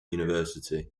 university